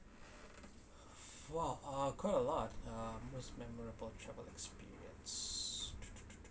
!wow! uh quite a lot uh most memorable travel experience